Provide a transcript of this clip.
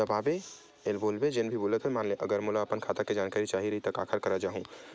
अगर मोला अपन खाता के जानकारी चाही रहि त मैं काखर करा जाहु?